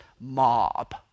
mob